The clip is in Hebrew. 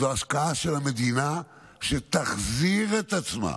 זו השקעה של המדינה שתחזיר את עצמה,